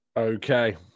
Okay